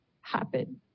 happen